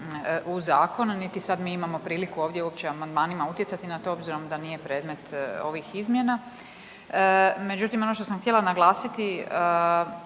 u zakonu niti sada mi imamo priliku ovdje uopće amandmanima utjecati na to obzirom da nije predmet ovih izmjena. Međutim, ono što sam htjela naglasiti,